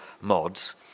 mods